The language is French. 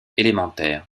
élémentaire